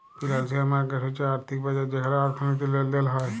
financial market হচ্যে আর্থিক বাজার যেখালে অর্থনীতির লেলদেল হ্য়েয়